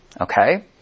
Okay